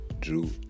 drew